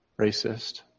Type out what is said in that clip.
racist